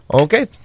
Okay